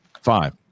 five